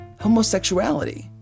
homosexuality